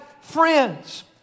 friends